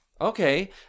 Okay